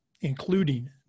including